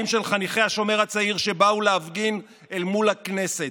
של השומר הצעיר שבאו להפגין אל מול הכנסת,